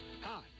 Hi